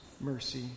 mercy